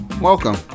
Welcome